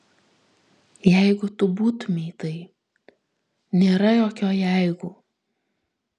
jeigu tu būtumei tai nėra jokio jeigu